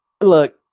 look